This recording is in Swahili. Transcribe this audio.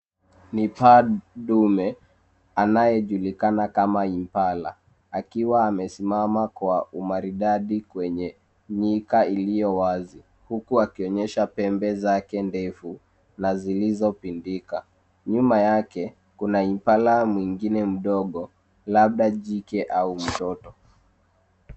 Ni paa dume anayejulikana kama impala akiwa amesimama kwa umaridadi kwenye nyika iliyo wazi huku akionyesha pembe zake ndfu na zilizopimbika. Nyuma yake kuna impala mwingine mdogo labda jike au mtoto.